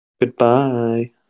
Goodbye